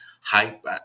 hype